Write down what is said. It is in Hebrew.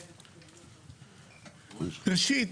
ראשית,